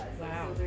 Wow